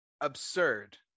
Absurd